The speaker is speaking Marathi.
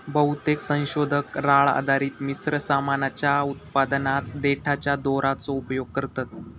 बहुतेक संशोधक राळ आधारित मिश्र सामानाच्या उत्पादनात देठाच्या दोराचो उपयोग करतत